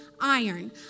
iron